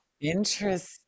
Interesting